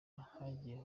hagiye